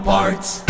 Parts